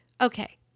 Okay